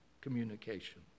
communication